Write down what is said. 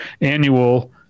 annual